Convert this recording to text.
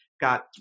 Got